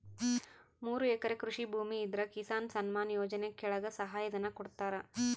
ಮೂರು ಎಕರೆ ಕೃಷಿ ಭೂಮಿ ಇದ್ರ ಕಿಸಾನ್ ಸನ್ಮಾನ್ ಯೋಜನೆ ಕೆಳಗ ಸಹಾಯ ಧನ ಕೊಡ್ತಾರ